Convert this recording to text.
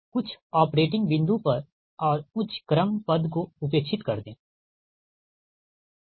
कुछ ऑपरेटिंग बिंदु पर और उच्च क्रम पद को उपेक्षित कर दें ठीक हैं